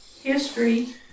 history